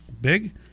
big